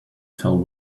tell